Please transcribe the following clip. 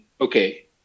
Okay